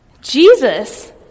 Jesus